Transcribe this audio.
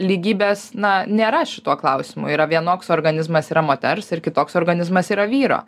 lygybės na nėra šituo klausimu yra vienoks organizmas yra moters ir kitoks organizmas yra vyro